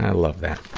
love that.